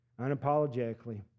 Unapologetically